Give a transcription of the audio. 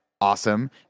awesome